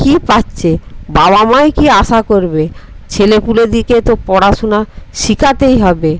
কি পাচ্ছে বাবা মাই কি আশা করবে ছেলে পুলেদিকে তো পড়াশুনা শিখাতেই হবে